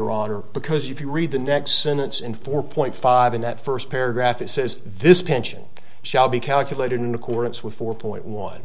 honor because if you read the next sentence in four point five in that first paragraph it says this pension shall be calculated in accordance with four point one